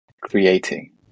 creating